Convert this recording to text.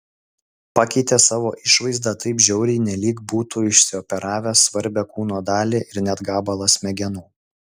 pakeitė savo išvaizdą taip žiauriai nelyg būtų išsioperavęs svarbią kūno dalį ir net gabalą smegenų